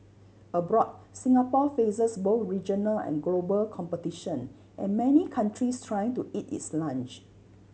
abroad Singapore faces both regional and global competition and many countries trying to eat its lunch